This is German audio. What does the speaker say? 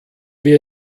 wir